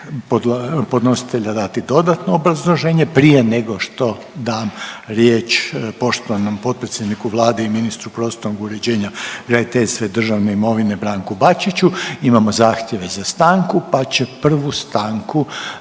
podnositelja dati dodatno obrazloženje? Prije nego što dam riječ poštovanom potpredsjedniku Vlade i ministru prostornog uređenja, graditeljstva i državne imovine Branku Bačiću imamo zahtjeve za stanku, pa će prvu stanku